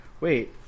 wait